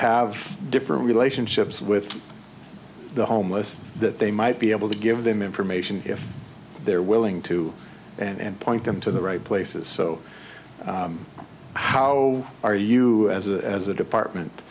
have different relationships with the homeless that they might be able to give them information if they're willing to and point them to the right places so how are you as a department